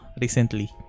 Recently